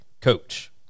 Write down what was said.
coach